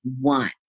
one